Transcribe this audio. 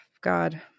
god